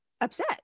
upset